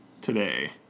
today